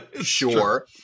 sure